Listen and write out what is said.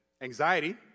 Anxiety